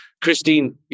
Christine